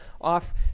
off